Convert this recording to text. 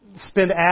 spend